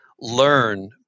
learn